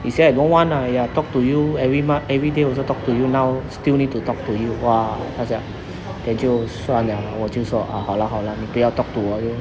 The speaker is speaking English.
she say I don't want ah !aiya! talk to you every month everyday also talk to you now still need to talk to you !wah! then 就算 liao 我就说 ah 好 lah 好 lah 你不要 talk to 我 lor